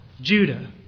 Judah